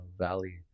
valley